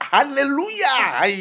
Hallelujah